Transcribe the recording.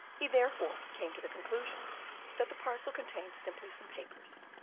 he therefore came to the conclusion that the parcel contained simply some papers,